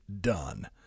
done